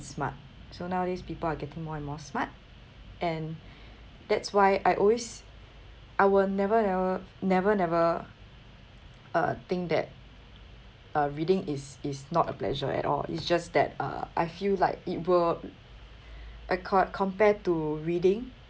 smart so nowadays people are getting more and more smart and that's why I always I will never never never never uh think that uh reading is is not a pleasure at all it's just that uh I feel like it will accor~ compared to reading